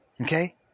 Okay